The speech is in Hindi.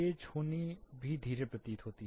तेज होनी भी धीरे प्रतीत होती है